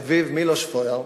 אביו, מילוש פויאר,